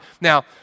Now